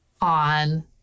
on